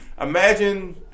Imagine